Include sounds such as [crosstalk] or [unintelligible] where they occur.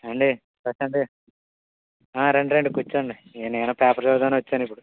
ఏమండీ [unintelligible] ఆ రండి రండి కూర్చోండి నేను పేపర్ చదువుదాం అని వచ్చాను ఇప్పుడు